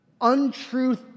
untruth